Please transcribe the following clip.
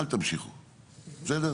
אל תמשיכו בסדר?